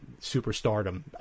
superstardom